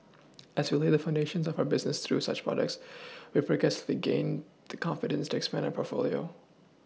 as we laid the foundations of our businesses through such projects we progressively gained the confidence to expand our portfolio